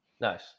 Nice